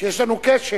שיש לנו כשל,